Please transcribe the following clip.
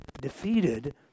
defeated